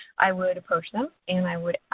i would approach them and i would,